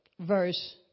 verse